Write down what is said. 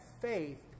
faith